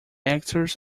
actors